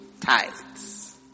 tithes